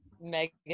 megan